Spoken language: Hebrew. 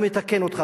אני מתקן אותך,